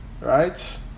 right